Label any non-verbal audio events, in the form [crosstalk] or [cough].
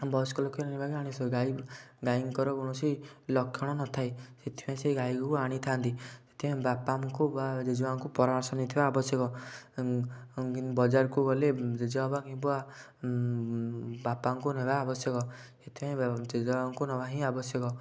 ବୟସ୍କ [unintelligible] ଗାଈ ଗାଈଙ୍କର କୌଣସି ଲକ୍ଷଣ ନଥାଏ ସେଥିପାଇଁ ସେ ଗାଈକୁ ଆଣିଥାନ୍ତି ସେଥିପାଇଁ ବାପାଙ୍କୁ ବା ଜେଜେ ବାପାଙ୍କୁ ପରାମର୍ଶ ନେଇଥିବା ଆବଶ୍ୟକ ବଜାରକୁ ଗଲେ ଜେଜେବାପା କିମ୍ବା ବାପାଙ୍କୁ ନେବା ଆବଶ୍ୟକ ଏଥିପାଇଁ ଜେଜେ ବାପାଙ୍କୁ ନେବା ହିଁ ଆବଶ୍ୟକ